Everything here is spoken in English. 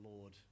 Lord